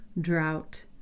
drought